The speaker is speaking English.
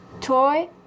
toy